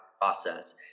process